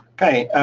okay,